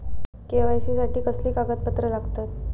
KYC साठी कसली कागदपत्र लागतत?